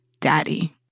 Daddy